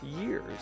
years